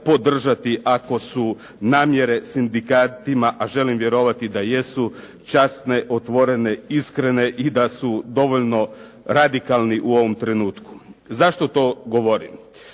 podržati ako su namjere sindikatima, a želim vjerovati da jesu časne, otvorene iskrene i da su dovoljno radikalni u ovom trenutku. Zašto to govorim?